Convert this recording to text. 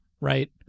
right